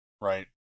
Right